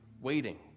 waiting